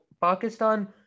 Pakistan